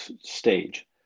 stage